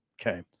Okay